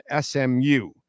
SMU